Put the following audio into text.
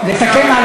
לתקן מה?